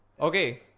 okay